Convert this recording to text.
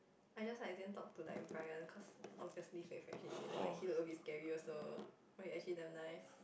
I just like I didn't talk to like Brian cause obviously fake freshie then like he look a bit scary also but he actually damn nice